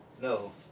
no